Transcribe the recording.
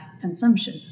consumption